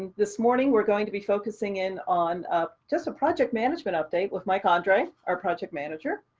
this morning we're going to be focusing in on ah just a project management update with mike andre, our project manager.